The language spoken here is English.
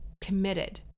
committed